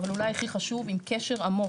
אבל אולי הכי חשוב, עם קשר עמוק.